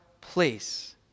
place